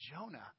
Jonah